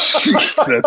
Jesus